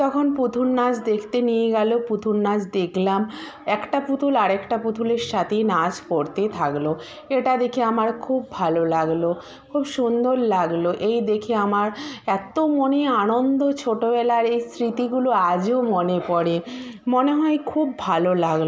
তখন পুতুল নাচ দেখতে নিয়ে গেল পুতুল নাচ দেখলাম একটা পুতুল আর একটা পুতুলের সাথেই নাচ করতে থাকলো এটা দেখে আমার খুব ভালো লাগল খুব সুন্দর লাগলো এই দেখে আমার এত্ত মনে আনন্দ ছোটবেলার এই স্মৃতিগুলো আজও মনে পড়ে মনে হয়ে খুব ভালো লাগলো